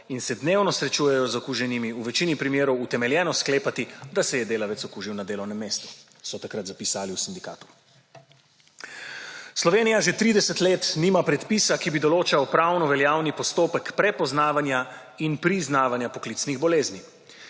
in se dnevno srečujejo z okuženimi, v večini primerov utemeljeno sklepati, da se je delavec okužil na delovnem mestu,« so takrat zapisali v sindikatu. Slovenija že 30 let nima predpisa, ki bi določal pravno veljaven postopek prepoznavanja in priznavanja poklicnih bolezni.